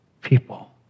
people